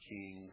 King